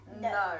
No